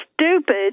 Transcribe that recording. stupid